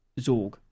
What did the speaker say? Zorg